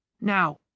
Now